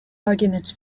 arguments